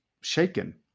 shaken